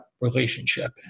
relationship